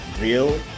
real